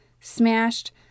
smashed